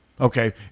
Okay